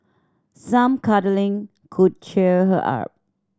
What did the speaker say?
some cuddling could cheer her up